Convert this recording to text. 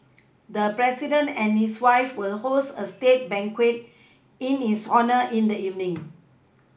the president and his wife will host a state banquet in his honour in the evening